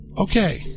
Okay